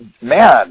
man